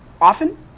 often